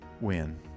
win